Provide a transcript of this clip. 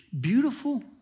Beautiful